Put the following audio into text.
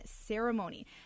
ceremony